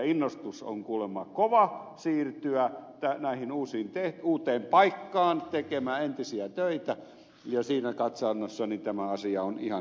innostus on kuulemma kova siirtyä uuteen paikkaan tekemään entisiä töitä ja siinä katsannossa tämä asia on ihan hyvässä mallissa